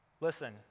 listen